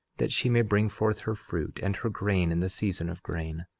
that she may bring forth her fruit, and her grain in the season of grain.